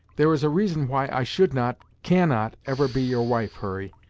there is a reason why i should not, cannot, ever be your wife, hurry,